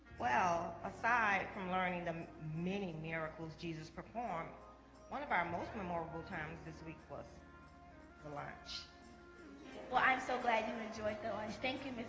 well aside from learning the many miracles jesus performed one of our most memorable times this week was the lunch well, i'm so glad you and enjoyed the lunch. thank you, miss